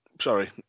sorry